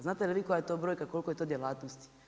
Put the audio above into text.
Znate li vi to koja je to brojka, koliko je to djelatnosti.